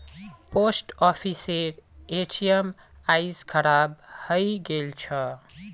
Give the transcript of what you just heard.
post ऑफिसेर ATM आइज खराब हइ गेल छ